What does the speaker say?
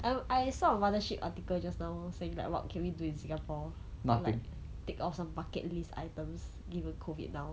um I saw a mothership article just now saying like what can we do in singapore like tick off some bucket list items given COVID now